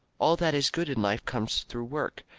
all that is good in life comes through work.